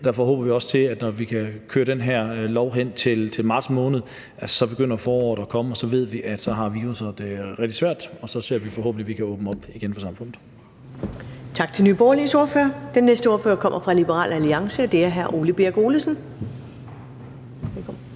Derfor håber vi også, at når vi kan køre med den her lov frem til marts måned, begynder foråret at komme, og så ved vi, at virusser har det rigtig svært, og så ser vi forhåbentlig, at vi igen kan åbne op for samfundet. Kl. 15:25 Første næstformand (Karen Ellemann): Tak til Nye Borgerliges ordfører. Den næste ordfører kommer fra Liberal Alliance, og det er hr. Ole Birk Olesen. Velkommen.